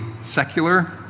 secular